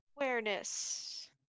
awareness